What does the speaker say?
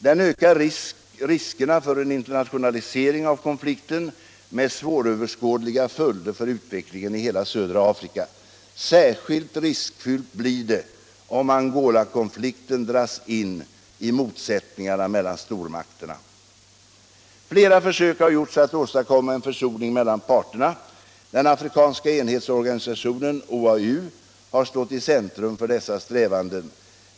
Den ökar riskerna för en internationalisering av konflikten med svåröverskådliga följder för utvecklingen i hela södra Afrika. Särskilt riskfyllt blir det om Angolakonflikten dras in i motsättningarna mellan stormakterna. Flera försök har gjorts att åstadkomma en försoning mellan parterna. Den afrikanska enhetsorganisationen OAU har stått i centrum för dessa strävanden.